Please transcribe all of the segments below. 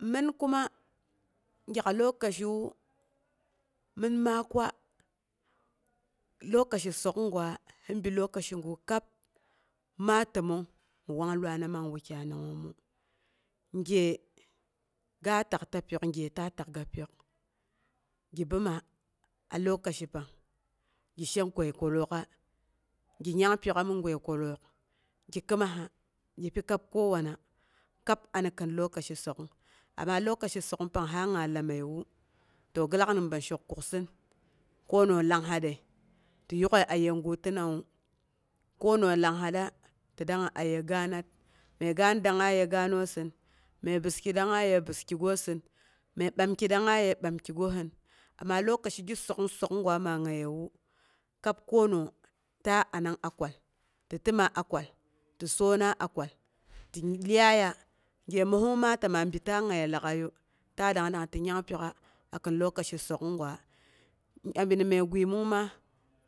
Min kuma gyak lokaciwu ma mɨn ma kwa lokaci sok'ung gwa hin bi lokaci gu kab ma təmong mi wang luana man wukyai nangngoomu. Gye ga pyok gye ta takga pyok gye ta takga pyok gi bəoma a lokaci pang gi she goi kwalooka, gi nyang pyok ai mi goi kwallook gi kiɨmaka gi pi kab kowana kab any kim lokaci sok'ung amma lokaci sok'ung pang ha nga lamangngəiwu to gi yak nimbəi shok kuksin knonoo langhatre ti yukəi a yegu tinawu, konooh langhata ti dangnga aye gaanat. məi gaan dangnga yegaanoosin məi bəski dangnga ye bəkigosin məi ɓamki dangnga yəi ɓam kigosin, ama lokaci gi sok'ung sok'ung gwa ma ngayewu, kab konooh ta anang a kwal, ti təoma a kwal, ti soona a kwal ti lyaiya, gye məosong ma ta ma bi ta ngaye lag'aiya ta dang ta ti nyangpyoka a kin lokaci sok'ung gwa, abi ni məi guemung ma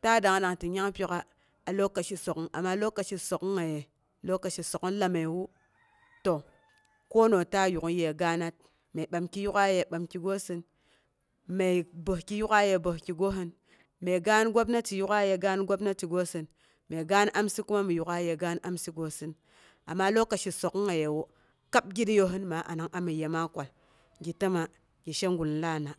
dang da ti nyangpyok'a a lokaci sok'ungi amma lokaci sok'ung ngaye, lokaci sok'ung lamməiwu to kona ta yuk'ang yəi gaanat, məi ɓamki, yuk'a ye bamkigosin məi bəski yuk'a yəi bəs ki gosin, məi gaan gwannati yuk'a aye gaan gwannati gosin, məi gaan amsi kum mi yuk'a ye gaan amsigosin amma lokaci sok'ung ngayewu, kab girosin ma anang ami yema kwal, gi təma gi she gullana.